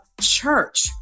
church